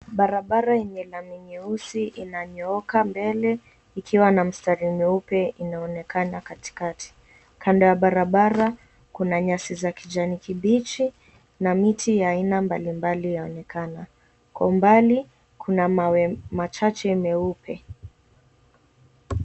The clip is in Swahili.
Barabara yenye lami nyeusi inayonyooka mbele ikiwa na mstari mweupe inaonekana katikati. Kando ya barabara kuna nyasi za kijani kibichi na miti ya aina mbalimbali yaonekana. Kwa umbali kuna mawe machache meupe.